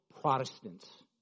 Protestants